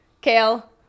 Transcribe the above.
kale